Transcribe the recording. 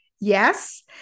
Yes